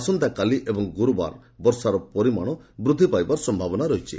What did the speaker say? ଆସନ୍ତାକାଲି ଏବଂ ଗୁରୁବାର ବର୍ଷାର ପରିମାଣ ବଢ଼ିବାର ସମ୍ଭାବନା ରହିଛି